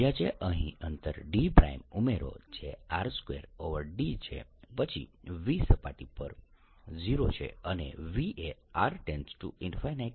અહીં અંતર d ઉમેરો જે R2d છે પછી V સપાટી પર 0 છે અને V એ r પર 0 છે